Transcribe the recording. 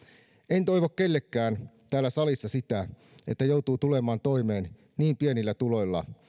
en toivo kenellekään täällä salissa sitä että joutuu tulemaan toimeen niin pienillä tuloilla